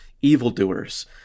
evildoers